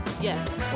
Yes